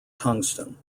tungsten